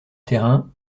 terrain